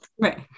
Right